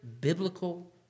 biblical